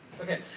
Okay